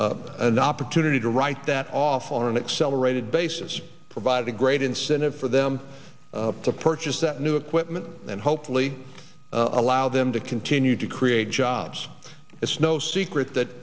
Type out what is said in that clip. the opportunity to write that off on an accelerated basis provided a great incentive for them to purchase that new equipment and hopefully allow them to continue to create jobs it's no secret that